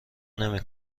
نمی